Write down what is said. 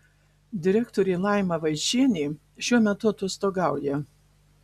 direktorė laima vaičienė šiuo metu atostogauja